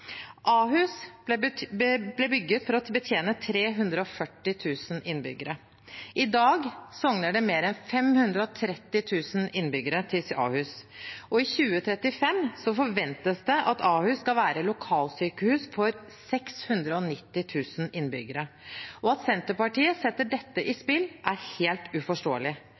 Ahus ble bygget for å betjene 340 000 innbyggere. I dag sokner det mer enn 530 000 innbyggere til Ahus, og i 2035 forventes det at Ahus vil være lokalsykehus for 690 000 innbyggere. At Senterpartiet setter dette i spill, er helt uforståelig.